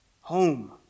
Home